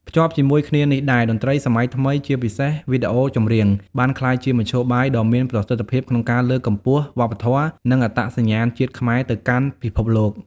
ភ្ជាប់ជាមួយគ្នានេះដែរ តន្ត្រីសម័យថ្មី ជាពិសេសវីដេអូចម្រៀង បានក្លាយជាមធ្យោបាយដ៏មានប្រសិទ្ធភាពក្នុងការលើកកម្ពស់វប្បធម៌ និងអត្តសញ្ញាណជាតិខ្មែរទៅកាន់ពិភពលោក។